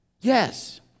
Yes